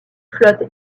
flotte